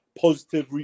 positive